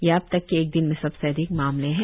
यह अब तक के एक दिन में सबसे अधिक मामले है